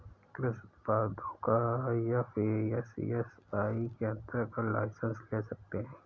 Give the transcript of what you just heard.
कृषि उत्पादों का एफ.ए.एस.एस.आई के अंतर्गत लाइसेंस ले सकते हैं